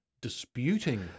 disputing